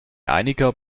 einiger